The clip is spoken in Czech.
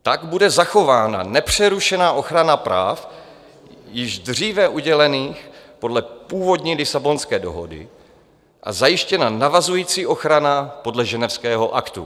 Tak bude zachována nepřerušená ochrana práv již dříve udělených podle původní Lisabonské dohody a zajištěna navazující ochrana podle Ženevského aktu.